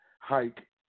hike